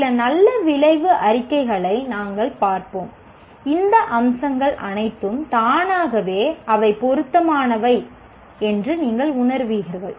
சில நல்ல விளைவு அறிக்கைகளை நாம் பார்ப்போம் இந்த அம்சங்கள் அனைத்தும் தானாகவே அவை பொருத்தமானவை என்று நீங்கள் உணருவீர்கள்